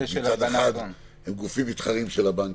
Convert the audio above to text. מצד אחד הם גופים מתחרים של הבנקים,